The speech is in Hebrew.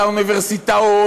את האוניברסיטאות,